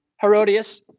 Herodias